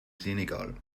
senegal